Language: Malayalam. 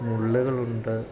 മുള്ളുകളുണ്ട്